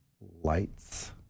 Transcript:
lights